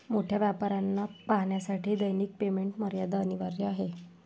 मोठ्या व्यापाऱ्यांना पाहण्यासाठी दैनिक पेमेंट मर्यादा अनिवार्य आहे